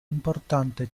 importante